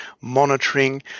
monitoring